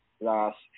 last